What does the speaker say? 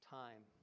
time